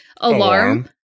alarm